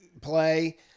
play